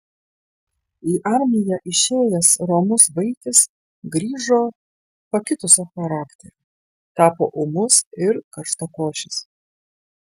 į armiją išėjęs romus vaikis grįžo pakitusio charakterio tapo ūmus ir karštakošis